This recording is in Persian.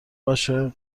باشه